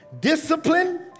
discipline